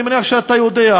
אני מניח שאתה יודע,